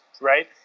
right